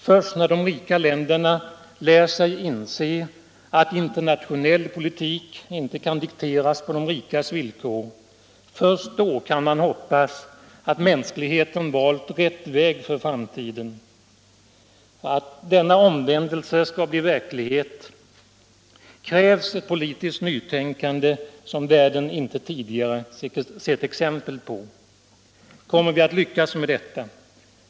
Först när de rika länderna lär sig inse att internationell politik inte kan dikteras på de rikas villkor, först då kan man hoppas att mänskligheten valt rätt väg för framtiden. För att denna omvändelse skall bli verklighet krävs ett politiskt nytänkande som världen inte tidigare sett exempel på. Kommer vi att lyckas med detta?